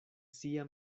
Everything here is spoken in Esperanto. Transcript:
sia